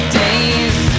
days